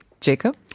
Jacob